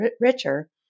richer